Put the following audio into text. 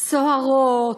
סוהרות,